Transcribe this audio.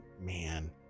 Man